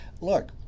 look